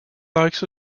likes